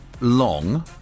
long